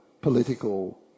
political